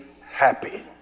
happy